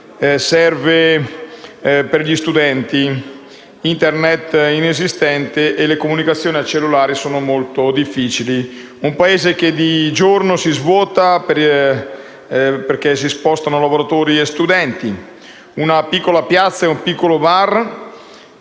serve per gli studenti. Internet è inesistente e le comunicazioni al cellulare sono molto difficili. Un Paese che di giorno si svuota, perché lavoratori e studenti si spostano; una piccola piazza e un piccolo bar